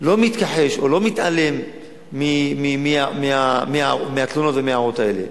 לא מתכחש או לא מתעלם מהתלונות ומההערות האלה.